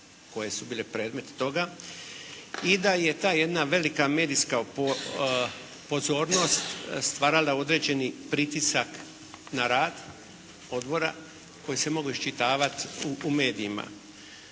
koje su bile predmet toga i da je ta jedna velika medijska pozornost stvarala određeni pritisak na rad odbora koji se mogao iščitavati u medijima.